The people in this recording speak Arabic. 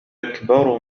أكبر